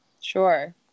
Sure